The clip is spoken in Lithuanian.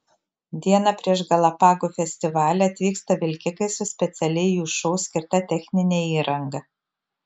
dieną prieš galapagų festivalį atvyksta vilkikai su specialiai jų šou skirta technine įranga